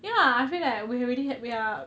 ya I feel like we already we are